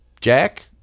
Jack